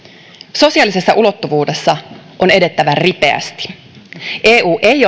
sosiaalisessa ulottuvuudessa on edettävä ripeästi eu ei